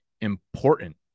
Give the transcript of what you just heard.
Important